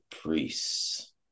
priests